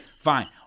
Fine